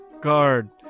guard